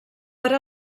per